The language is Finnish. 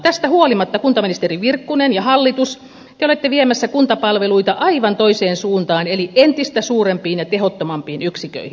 tästä huolimatta kuntaministeri virkkunen ja hallitus te olette viemässä kuntapalveluita aivan toiseen suuntaan eli entistä suurempiin ja tehottomampiin yksiköihin